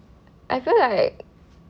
I feel like